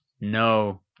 No